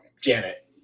Janet